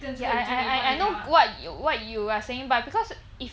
I I I know what you what you are saying but because